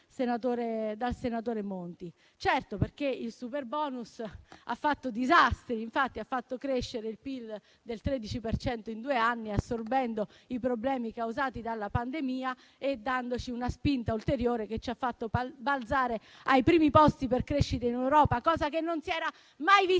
dal senatore Monti. Certo, perché il superbonus ha fatto disastri: infatti ha fatto crescere il PIL del 13 per cento in due anni, assorbendo i problemi causati dalla pandemia e dandoci una spinta ulteriore, che ci ha fatto balzare ai primi posti per crescita in Europa. Cosa che non si era mai vista